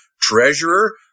treasurer